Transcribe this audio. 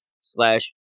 slash